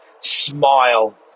Smile